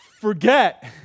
forget